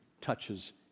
touches